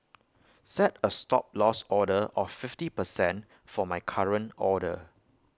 set A Stop Loss order of fifty percent for my current order